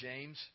James